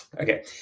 Okay